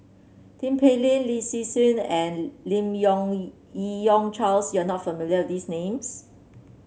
Tin Pei Ling Lin Hsin Hsin and Lim Yong Yi Yong Charles you are not familiar with these names